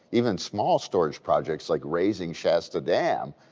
even small storage projects like raising shasta dam,